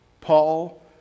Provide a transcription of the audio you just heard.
Paul